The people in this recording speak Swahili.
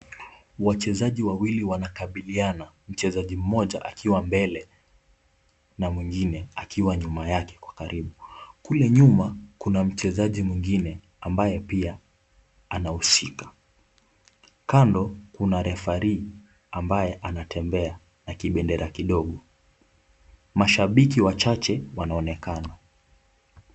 Wachezaji wawili wanakabiliana, mchezaji mmoja akiwa mbele na mwingine akiwa nyuma yake kwa karibu. Kule nyuma kuna mchezaji mwingine ambaye pia anahusika. Kando kuna referee ambaye anatembea na kibendera kidogo. Mashabiki wachache wanaonekana.